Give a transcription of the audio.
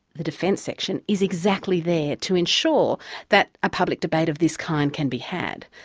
the defence section, is exactly there to ensure that a public debate of this kind can be had.